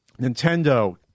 Nintendo